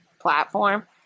platform